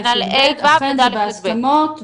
גם מהסיטואציה החדשה שהם נמצאים בה.